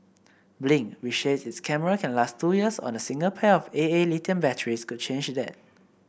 blink which says its cameras can last two years on a single pair of A A lithium batteries could change that